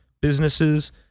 businesses